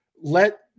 let